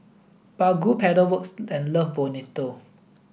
Baggu Pedal Works and Love Bonito